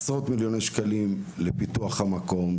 עשרות מיליוני שקלים לטובת פיתוח המקום.